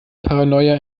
paranoia